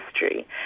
history